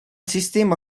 sistema